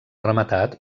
rematat